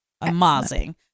Amazing